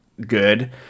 good